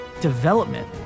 development